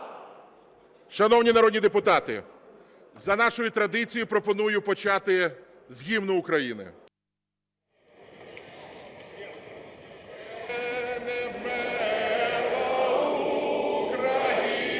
Шановні народні депутати, за нашою традицією пропоную почати з Гімну України.